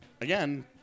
again